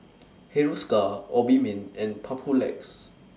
Hiruscar Obimin and Papulex